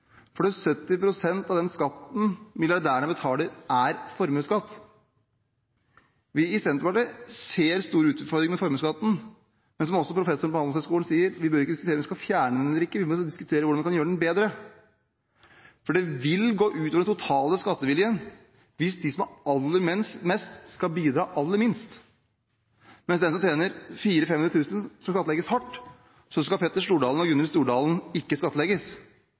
av den skatten milliardærene betaler, er formuesskatt. Vi i Senterpartiet ser store utfordringer med formuesskatten, men, som også professoren på Handelshøyskolen sier, vi bør ikke diskutere om vi skal fjerne den eller ikke. Vi må diskutere hvordan vi kan gjøre den bedre. For det vil gå ut over den totale skatteviljen hvis de som har aller mest, skal bidra aller minst. Mens den som tjener 400 000–500 000 kr skal skattlegges hardt, skal Petter Stordalen og Gunhild Stordalen ikke skattlegges.